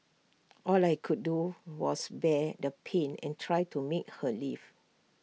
all I could do was bear the pain and try to make her leave